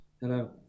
Hello